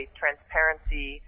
transparency